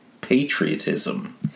patriotism